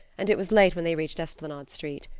and it was late when they reached esplanade street.